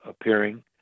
appearing